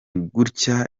gutya